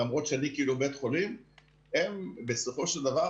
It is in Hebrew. הם בסופו של דבר,